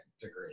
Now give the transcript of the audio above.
degree